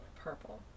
Purple